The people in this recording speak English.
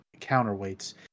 counterweights